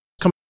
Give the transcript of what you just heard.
come